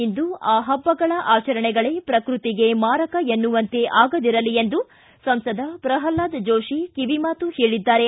ಇಂದು ಆ ಹಬ್ಬಗಳ ಆಚರಣೆಗಳೇ ಪಕೃತಿಗೆ ಮಾರಕ ಎನ್ನುವಂತೆ ಆಗದಿರಲಿ ಎಂದು ಸಂಸದ ಪ್ರಹ್ಲಾದ್ ಜೋತಿ ಕಿವಿ ಮಾತು ಹೇಳಿದ್ದಾರೆ